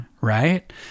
right